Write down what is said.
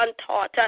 untaught